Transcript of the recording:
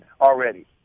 already